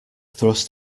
thrust